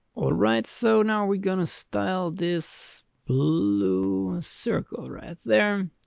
all right, so now we're going to style this blue circle right there.